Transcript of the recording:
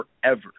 forever